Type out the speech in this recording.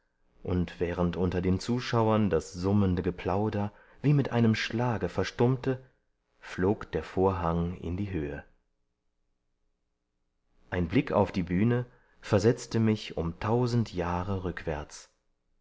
und während unter den zuschauern das summende geplauder wie mit einem schlage verstummte flog der vorhang in die höhe ein blick auf die bühne versetzte mich um tausend jahre rückwärts